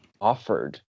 offered